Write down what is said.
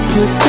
Put